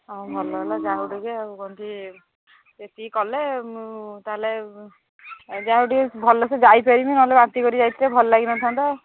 ହଉ ଭଲ ହେଲା ଯାହା ହେଉ ଟିକେ ଆଉ କଣଟି ଏତିକି କଲେ ମୁଁ ତା'ହେଲେ ଯାହା ହେଉ ଟିକେ ଭଲସେ ଯାଇପାରିବି ନହେଲେ ବାନ୍ତି କରି ଯାଇଥିଲେ ଭଲ ଲାଗିନଥାନ୍ତା